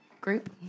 group